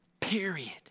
period